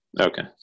Okay